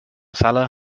sala